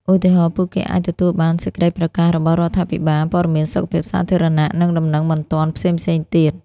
ឧទាហរណ៍ ពួកគេអាចទទួលបាន សេចក្តីប្រកាសរបស់រដ្ឋាភិបាល ព័ត៌មានសុខភាពសាធារណៈ និងដំណឹងបន្ទាន់ផ្សេងៗទៀត។